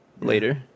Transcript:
later